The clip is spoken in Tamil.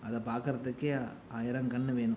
அதை பார்க்கறதுக்கே ஆயிரம் கண் வேணும்